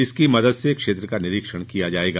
इसकी मदद से क्षेत्र का निरीक्षण किया जाएगा